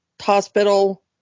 hospital